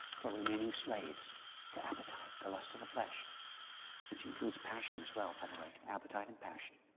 for remaining slaves to appetite, the lust of the flesh which includes passion as well, by the way appetite and passion.